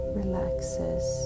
relaxes